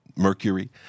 Mercury